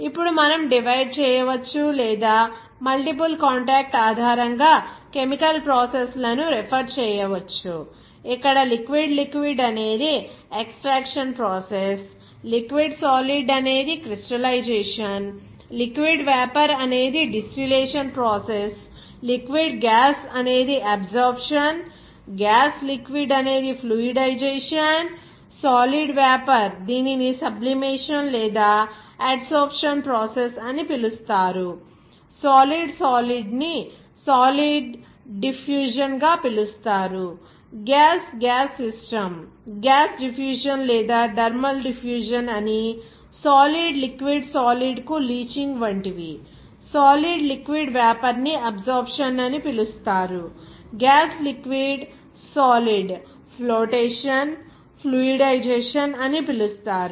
ఇప్పుడు మనం డివైడ్ చేయవచ్చు లేదా మల్టిపుల్ కాంటాక్ట్ ఆధారంగా కెమికల్ ప్రాసెస్ లను రెఫెర్ చేయవచ్చు ఇక్కడ లిక్విడ్ లిక్విడ్ అనేది ఎక్స్ట్రాక్షన్ ప్రాసెస్ లిక్విడ్ సాలిడ్ అనేది క్రిస్టలైజేషన్ లిక్విడ్ వేపర్ అనేది డిస్టిలేషన్ ప్రాసెస్ లిక్విడ్ గ్యాస్liquid -gas అనేది అబ్సోర్ప్షన్ గ్యాస్ సాలిడ్ అనేది ఫ్లూయిడైజేషన్ సాలిడ్ వేపర్ దీనిని సబ్లిమేషన్ లేదా అడసోర్ప్షన్ ప్రాసెస్ అని పిలుస్తారు సాలిడ్ సాలిడ్ ని సాలిడ్ డిఫ్యూషన్ గా పిలుస్తారు gas gas system gas diffusion లేదా థర్మల్ డిఫ్యూజన్ అని సాలిడ్ లిక్విడ్ సాలిడ్ కు లీచింగ్ వంటివి సాలిడ్ లిక్విడ్ వేపర్ ని అబ్సోర్ప్షన్ అని పిలుస్తారు gas liquid solid flotation fluidisation అని పిలుస్తారు